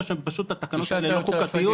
או שפשוט התקנות האלה אינן חוקתיות?